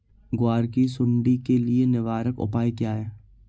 ग्वार की सुंडी के लिए निवारक उपाय क्या है?